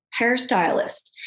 hairstylist